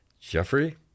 Jeffrey